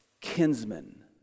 kinsman